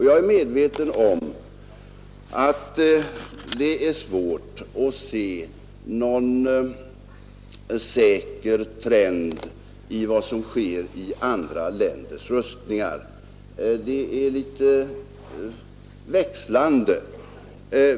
Jag är medveten om att det är svårt att se någon trend i vad som sker i andra länders rustningar. Det är litet växlande.